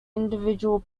individual